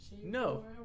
no